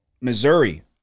Missouri